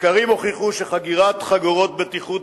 מחקרים הוכיחו שחגירת חגורות בטיחות